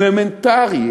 אלמנטרי,